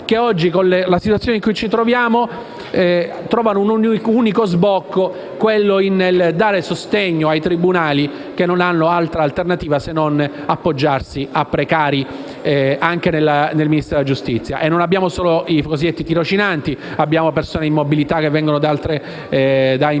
che oggi, con la situazione in cui ci troviamo, trovano come unico sbocco dare sostegno ai tribunali che non hanno altra alternativa se non appoggiarsi a personale non di ruolo anche nel Ministero della giustizia. E non abbiamo solo i cosiddetti tirocinanti, ma anche persone in mobilità che provengono persino